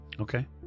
okay